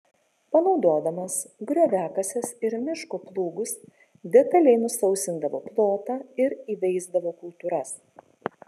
panaudodamas grioviakases ir miško plūgus detaliai nusausindavo plotą ir įveisdavo kultūras